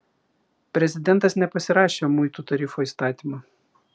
prezidentas nepasirašė muitų tarifų įstatymo